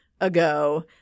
ago